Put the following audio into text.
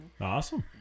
Awesome